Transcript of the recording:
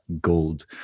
gold